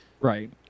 Right